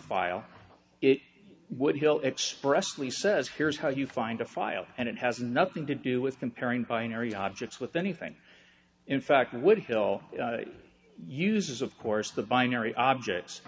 file it would kill expressly says here's how you find a file and it has nothing to do with comparing binary objects with anything in fact woodhill uses of course the binary objects